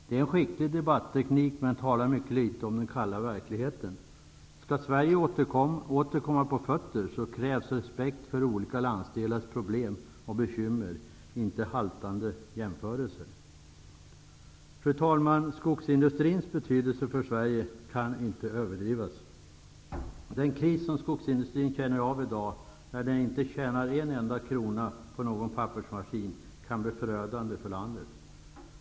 Det är en skicklig debatteknik men berättar mycket litet om den kalla verkligheten. Skall Sverige åter komma på fötter, krävs respekt för olika landsdelars problem och bekymmer, inte haltande jämförelser. Fru talman! Skogsindustrins betydelse för Sverige kan inte överdrivas. Den kris som skogsindustriföretagen känner av i dag, när de inte tjänar en enda krona på någon pappersmaskin, kan bli förödande för landet.